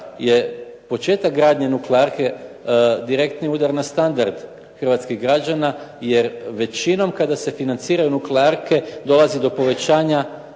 je početak gradnje nuklearke direktni udar na standard hrvatskih građana, jer većinom kada se financiraju nuklearke dolazi do povećanja